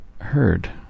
heard